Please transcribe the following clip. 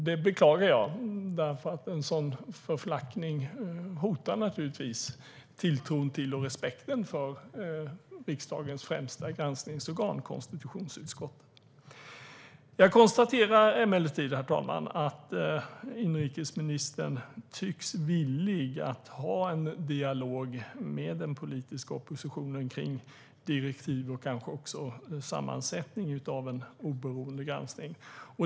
Det beklagar jag, för en sådan förflackning hotar naturligtvis tilltron till och respekten för riksdagens främsta granskningsorgan: konstitutionsutskottet. Jag konstaterar emellertid, herr talman, att inrikesministern tycks villig att ha en dialog med den politiska oppositionen kring direktiv och kanske också sammansättning av en oberoende granskning.